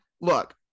Look